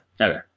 Okay